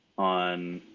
on